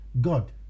God